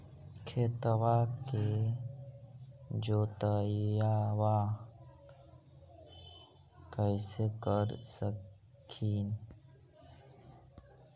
खेतबा के जोतय्बा कैसे कर हखिन?